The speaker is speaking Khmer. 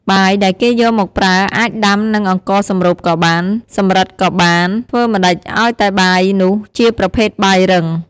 បាយដែលគេយកមកប្រើអាចដាំនឹងអង្ករសម្រូបក៏បាន សម្រិតក៏បាន ធ្វើម្តេចឲ្យតែបាយនោះជាប្រភេទបាយរឹង។